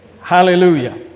hallelujah